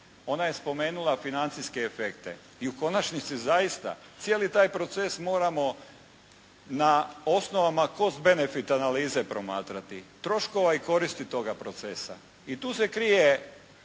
Ona je spomenula financijske efekte i u konačnici zaista cijeli taj proces moramo na osnovama kroz benefit analize promatrati. Troškova i koristi toga procesa. I tu se krije